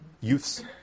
Youths